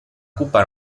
cupa